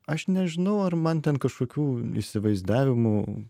aš nežinau ar man ten kažkokių įsivaizdavimų